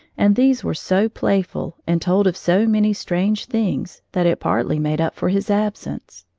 and these were so playful and told of so many strange things that it partly made up for his absence.